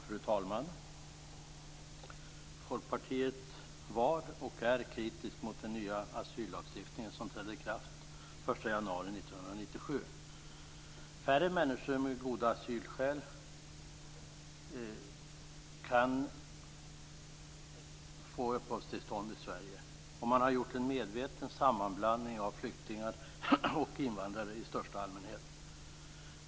Fru talman! Folkpartiet var och är kritiskt mot den nya asyllagstiftningen som trädde i kraft den 1 januari 1997. Färre människor med goda asylskäl kan få uppehållstillstånd i Sverige. Man har gjort en medveten sammanblandning av flyktingar och invandrare i största allmänhet.